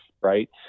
right